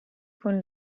con